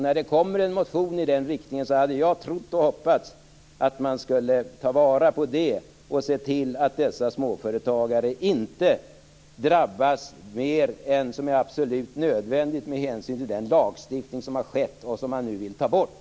När det kom en motion i den riktningen hade jag trott och hoppats att regeringen skulle ta vara på den och se till att dessa småföretagare inte drabbas mer än nödvändigt, med hänsyn till den lagstiftning som man nu vill ta bort.